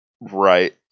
Right